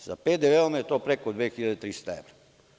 Sa PDV je to preko 2.300 evra.